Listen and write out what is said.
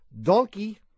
Donkey